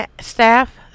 staff